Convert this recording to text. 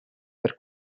per